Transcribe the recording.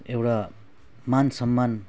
एउटा मान सम्मान